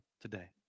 today